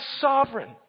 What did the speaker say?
sovereign